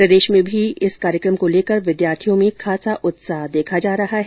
प्रदेश में भी इस कार्यकम को लेकर विद्यार्थियों में खासा उत्साह देखा जा रहा है